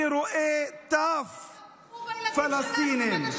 אני רואה טף פלסטינים,